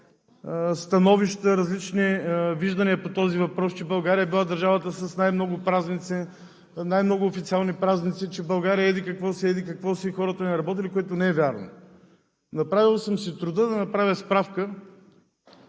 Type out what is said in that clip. становища, различни виждания по този въпрос – че България била държавата с най-много официални празници, че България еди-какво си, еди-какво си и хората не работели, което не е вярно. Направил съм си труда да направя справка